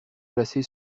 placée